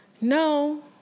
No